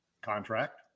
contract